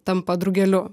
tampa drugeliu